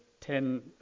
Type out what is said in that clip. Ten